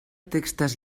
texts